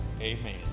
amen